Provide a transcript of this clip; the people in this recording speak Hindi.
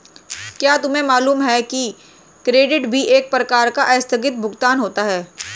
क्या तुम्हें मालूम है कि क्रेडिट भी एक प्रकार का आस्थगित भुगतान होता है?